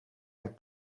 een